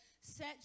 Set